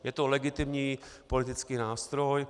Je to legitimní politický nástroj.